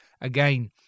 again